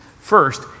First